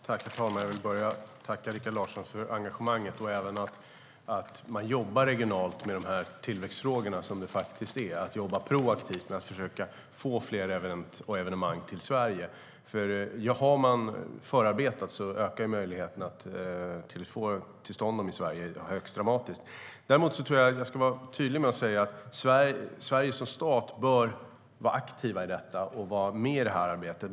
Herr talman! Jag vill börja med att tacka Rikard Larsson för engagemanget. Det gäller att man jobbar regionalt med tillväxtfrågorna, som de faktiskt är, och jobbar proaktivt med att försöka få fler event och evenemang till Sverige. Har man förarbetat ökar möjligheterna att få dem till stånd i Sverige högst dramatiskt. Jag vill vara tydlig med att säga att Sverige som stat bör vara aktivt i detta och vara med i arbetet.